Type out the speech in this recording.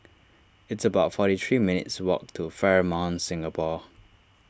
it's about forty three minutes' walk to Fairmont Singapore